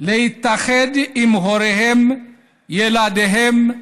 להתאחד עם הוריהם, ילדיהם,